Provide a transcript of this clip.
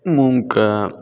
मूंग का